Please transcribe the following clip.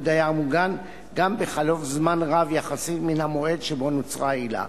דייר מוגן גם בחלוף זמן רב יחסית מן המועד שבו נוצרה העילה.